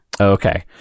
Okay